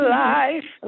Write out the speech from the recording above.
life